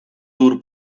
tour